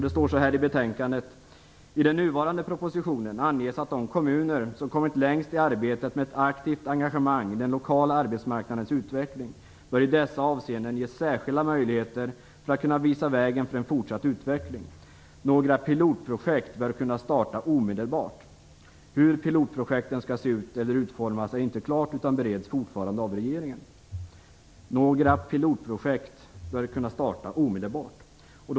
Det står så här: I den nuvarande propositionen anges att de kommuner som kommit längst i arbetet med ett aktivt engagemang i den lokala arbetsmarknadens utveckling bör i dessa avseenden ges särskilda möjligheter för att kunna visa vägen för en fortsatt utveckling. Några pilotprojekt bör kunna starta omedelbart. Hur pilotprojekten skall se ut eller utformas är inte klart utan bereds fortfarande av regeringen. Några pilotprojekt bör kunna starta omedelbart, skrevs det.